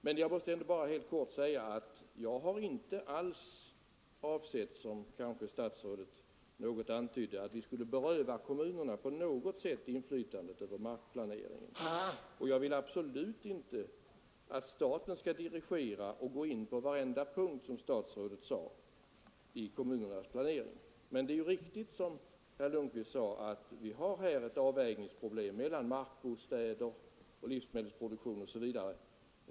Men jag måste ändå helt kort säga att jag inte alls har avsett, som statsrådet antydde, att vi på något sätt skulle beröva kommunerna inflytandet över markplaneringen. Jag vill absolut inte att staten skall dirigera och gå in på varenda punkt, som statsrådet sade, i kommunernas planering. Men det är ju riktigt, som herr Lundkvist framhöll, att vi här har ett avvägningsproblem mellan markbostäder, livsmedelsproduktion osv.